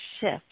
shift